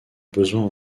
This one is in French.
besoins